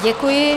Děkuji.